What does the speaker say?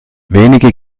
wenige